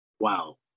wow